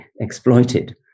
exploited